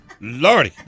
Lordy